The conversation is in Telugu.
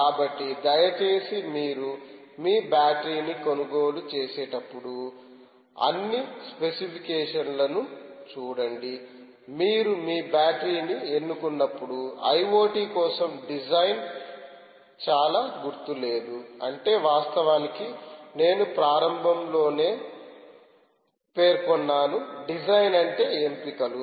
కాబట్టి దయచేసి మీరు మీ బ్యాటరీ ని కొనుగోలు చేసేటప్పుడు అన్నిస్పెసిఫికేషన్లను చూడండి మీరు మీ బ్యాటరీ ని ఎన్నుకున్నప్పుడు ఐఓటీ కోసం డిజైన్చాలా గుర్తు లేదు అంటే వాస్తవానికి నేను ప్రారంభంలోనే పేర్కొన్నాను డిజైన్ అంటే ఎంపికలు